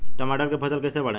टमाटर के फ़सल कैसे बढ़ाई?